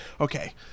okay